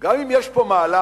גם אם יש פה מהלך